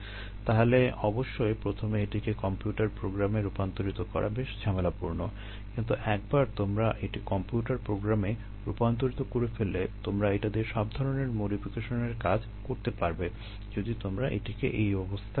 তাহলে অবশ্যই প্রথমে এটিকে কম্পিউটার প্রোগ্রামে কাজ করতে পারবে যদি তোমরা এটিকে এই অবস্থায় দেখো